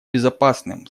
безопасным